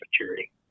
maturity